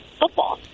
football